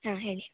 ಹಾಂ ಹೇಳಿ